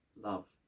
love